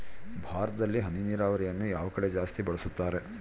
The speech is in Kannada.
ಭಾರತದಲ್ಲಿ ಹನಿ ನೇರಾವರಿಯನ್ನು ಯಾವ ಕಡೆ ಜಾಸ್ತಿ ಬಳಸುತ್ತಾರೆ?